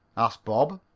asked bob.